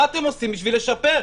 מה אתם עושים בכדי לשפר,